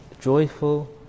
joyful